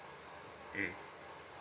mm